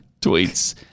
tweets